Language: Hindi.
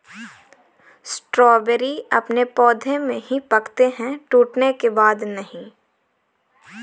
स्ट्रॉबेरी अपने पौधे में ही पकते है टूटने के बाद नहीं